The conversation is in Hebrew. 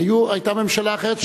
היתה ממשלה אחרת,